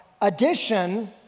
addition